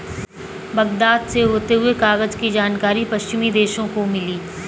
Baghdad से होते हुए कागज की जानकारी पश्चिमी देशों को मिली